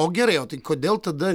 o gerai o tai kodėl tada